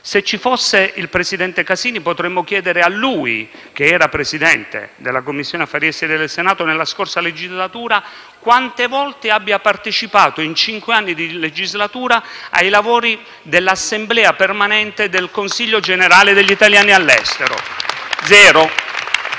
Se ci fosse il presidente Casini potremmo chiedere a lui, che era presidente della Commissione affari esteri, emigrazione nella scorsa legislatura, quante volte abbia partecipato in cinque anni di legislatura ai lavori dell'Assemblea permanente del Consiglio generale degli italiani all'estero: zero.